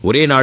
ஒரே நாடு